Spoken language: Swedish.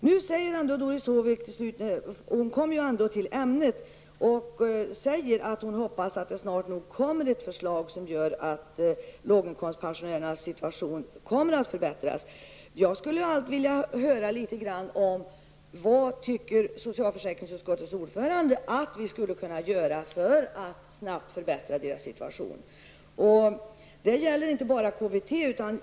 Nu säger ju Doris Håvik i slutet av sitt anförande att hon hoppas att det snart nog kommer ett förslag som innebär att låginkomstpensionärernas situation förbättras. Jag skulle vilja höra litet om vad socialförsäkringsutskottets ordförande tycker att vi kan göra för att snabbt förbättra deras situation. Det gäller inte bara KBT.